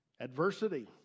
Adversity